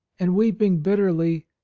and, weeping bitterly,